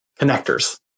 connectors